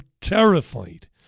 terrified